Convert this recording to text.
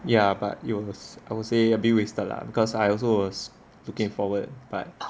ya but it was I would say a bit wasted lah cause I also was looking forward but